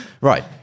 Right